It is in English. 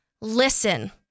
listen